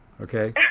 okay